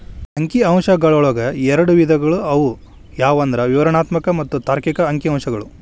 ಅಂಕಿ ಅಂಶಗಳೊಳಗ ಎರಡ್ ವಿಧಗಳು ಅವು ಯಾವಂದ್ರ ವಿವರಣಾತ್ಮಕ ಮತ್ತ ತಾರ್ಕಿಕ ಅಂಕಿಅಂಶಗಳು